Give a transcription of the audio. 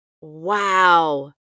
Wow